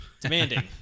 demanding